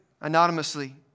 anonymously